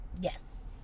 Yes